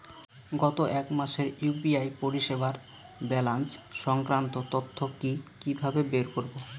গত এক মাসের ইউ.পি.আই পরিষেবার ব্যালান্স সংক্রান্ত তথ্য কি কিভাবে বের করব?